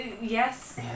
Yes